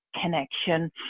connection